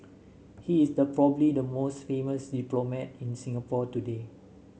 he is the probably the most famous diplomat in Singapore today